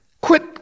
Quit